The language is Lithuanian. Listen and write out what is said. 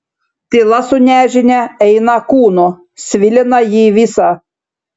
tyla su nežinia eina kūnu svilina jį visą